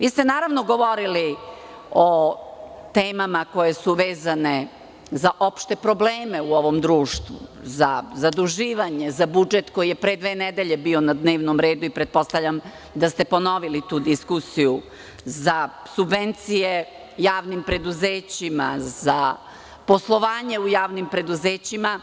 Naravno, govorili ste o temama koje su vezane za opšte probleme u ovom društvu, za zaduživanje, za budžet koji je pre dve nedelje bio na dnevnom redu i pretpostavljam da ste ponovili tu diskusiju za subvencije javnim preduzećima, za poslovanje u javnim preduzećima,